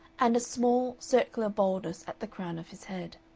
and a small, circular baldness at the crown of his head.